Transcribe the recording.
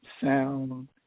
sound